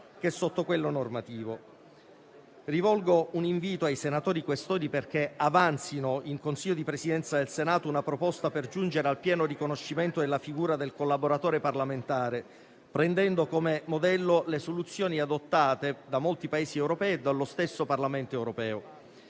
sia sotto quello normativo. Rivolgo un invito ai senatori Questori perché avanzino in Consiglio di Presidenza del Senato una proposta per giungere al pieno riconoscimento della figura del collaboratore parlamentare, prendendo come modello le soluzioni adottate da molti Paesi europei e dal Parlamento europeo,